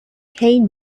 kane